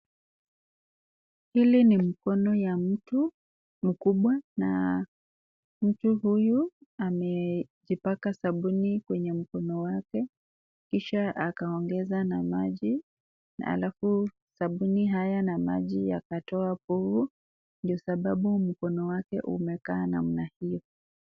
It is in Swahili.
Hili ni mkono ya mtu mkubwa na huyu amejipaka na sabuni kwenye mkono wake kisha akaongeza na maji alafu sabuni haya na maji yanatoa bovu ndio sababu mkono wake umekaa namna huyo.